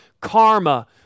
karma